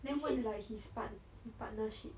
is it like his part~ partnership